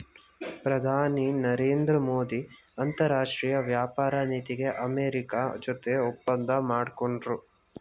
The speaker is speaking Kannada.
ಪ್ರಧಾನಿ ನರೇಂದ್ರ ಮೋದಿ ಅಂತರಾಷ್ಟ್ರೀಯ ವ್ಯಾಪಾರ ನೀತಿಗೆ ಅಮೆರಿಕ ಜೊತೆ ಒಪ್ಪಂದ ಮಾಡ್ಕೊಂಡ್ರು